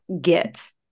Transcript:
get